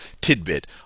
tidbit